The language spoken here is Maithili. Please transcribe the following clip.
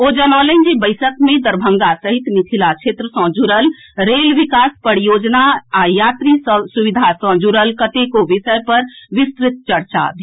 ओ जनौलनि जे बैसक मे दरभंगा सहित मिथिला क्षेत्र सॅ जुड़ल रेल विकास परियोजना आ यात्री सुविधा सॅ जुड़ल कतेको विषय पर विस्तृत चर्चा भेल